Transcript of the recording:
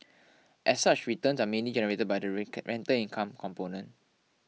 as such returns are mainly generated by the rental income component